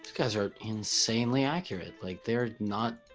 guys are insanely accurate like they're not